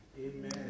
Amen